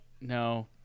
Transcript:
no